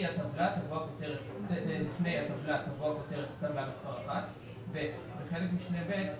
הטבלה תבוא הכותרת "טבלה מספר 1". בחלק משנה (ב),